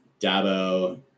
Dabo